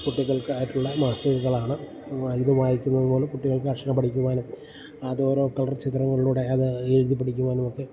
കുട്ടികൾക്കായിട്ടുള്ള മാസികകളാണ് ഇത് വായിക്കുന്നത് പോലെ കുട്ടികൾക്ക് അക്ഷരം പഠിക്കുവാനും അതോരോ കളർ ചിത്രങ്ങളിലൂടെ അത് എഴുതി പഠിക്കുവാനുമൊക്കെ